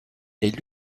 est